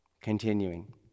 Continuing